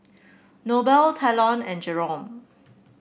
Noble Talon and Jerome